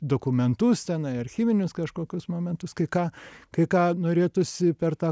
dokumentus tenai archyvinius kažkokius momentus kai ką kai ką norėtųsi per tą